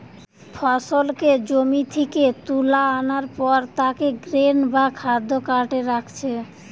ফসলকে জমি থিকে তুলা আনার পর তাকে গ্রেন বা খাদ্য কার্টে রাখছে